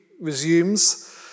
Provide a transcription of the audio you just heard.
resumes